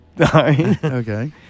Okay